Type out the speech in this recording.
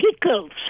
pickles